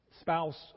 spouse